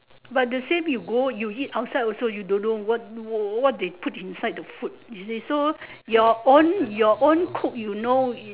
but to say you go you eat outside you also don't know what what they put inside the food you see so your own your own cook you know